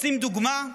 רוצים דוגמה?